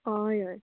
हय हय